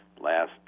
last